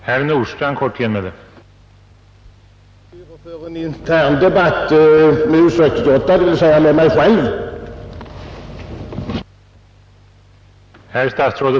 Herr talman! Jag står väl inte, herr Alemyr, och för en intern debatt med U 68, dvs. med mig själv?